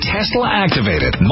Tesla-activated